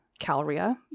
Calria